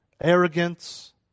arrogance